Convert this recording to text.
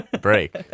Break